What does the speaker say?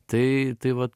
tai tai vat